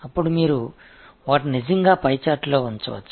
பின்னர் நீங்கள் உண்மையில் இது போன்ற ஒரு பை விளக்கப்படத்தில் அவற்றை வைக்கலாம்